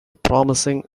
promising